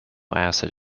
acid